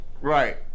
Right